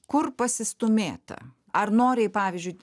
kur pasistūmėta ar noriai pavyzdžiui